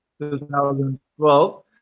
2012